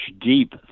deep